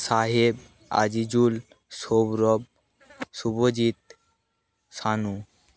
Saheb Azizul Sourav Subhajit Sanu